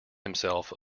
himself